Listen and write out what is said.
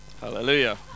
Hallelujah